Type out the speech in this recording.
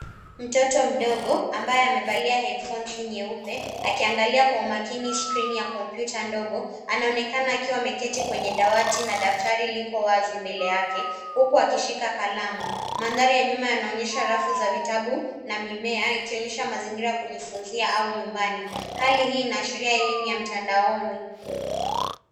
Mtoto mdogo ambaye amevalia hedfonsi nyeupe akiangalia kwa umakini skrini ya kompyuta ndogo. Anaonekana akiwa ameketi kwenye dawati na daftari liko wazi mbele yake, huku akishika kalamu. Mandhari ya nyuma yanaonyesha rafu za vitabu na mimea ikionyesh amazingira ya kujifunzia au nyumbani. Hali hii inaashiria elimu ya mtandaoni.